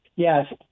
Yes